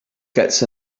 gets